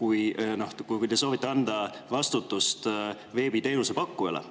kui te soovite panna vastutuse ka veebiteenuse pakkujale,